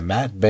Matt